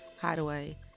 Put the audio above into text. Hideaway